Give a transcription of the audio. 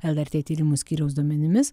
lrt tyrimų skyriaus duomenimis